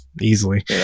Easily